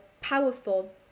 powerful